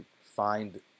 find